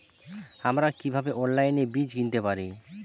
আমরা কীভাবে অনলাইনে বীজ কিনতে পারি?